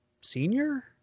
senior